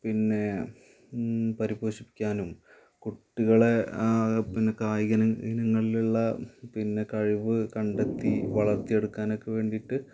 പിന്നെ പരിപോഷിപ്പിക്കാനും കുട്ടികളെ പിന്നെ കായിക ഇനങ്ങളിലുള്ള പിന്നെ കഴിവ് കണ്ടെത്തി വളർത്തിയെടുക്കാനൊക്കെ വേണ്ടിയിട്ട്